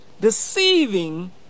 deceiving